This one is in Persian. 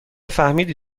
فهمیدی